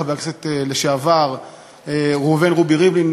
חבר הכנסת לשעבר ראובן רובי ריבלין,